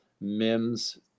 Mims